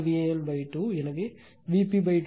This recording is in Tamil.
எனவே Vp 2 VL 2